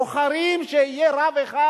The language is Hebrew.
בוחרים שיהיה רב אחד